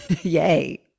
Yay